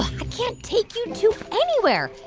i can't take you two anywhere.